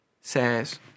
says